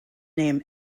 name